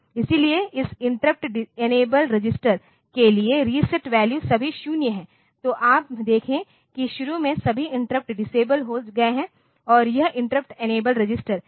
इसलिए इस interrupt enabled register के लिए रिसेट वैल्यू सभी 0 है तो आप देखें कि शुरू में सभी इंटरप्ट्स डिसेबल हो गए हैं और यह interrupt enable register A 8 H है